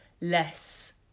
less